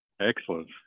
Excellent